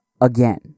Again